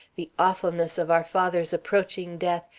the awfulness of our father's approaching death,